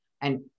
and-